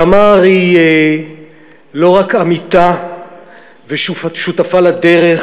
תמר היא לא רק עמיתה ושותפה לדרך,